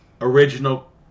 Original